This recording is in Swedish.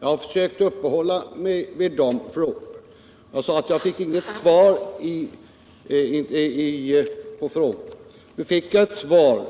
Jag har försökt uppehålla mig vid de här frågorna och sagt att jag inte fått något svar. Men nu fick jag ett svar